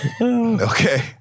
Okay